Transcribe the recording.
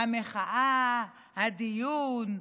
המחאה, הדיון.